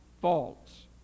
faults